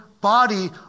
body